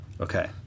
Okay